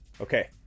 Okay